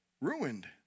ruined